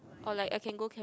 or like I can go